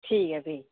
ठीक ऐ फ्ही